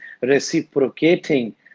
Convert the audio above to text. reciprocating